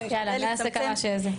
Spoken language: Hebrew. יעל גיני, מנכ"לית SDG ישראל.